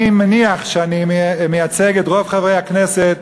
אני מניח שאני מייצג את רוב חברי הכנסת,